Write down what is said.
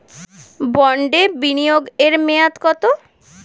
বন্ডে বিনিয়োগ এর মেয়াদ কত?